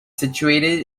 situated